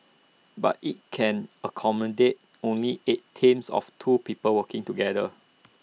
but IT can accommodate only eight teams of two people working together